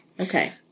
Okay